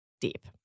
deep